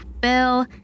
Bill